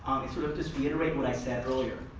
sort of just reiterate what i said earlier.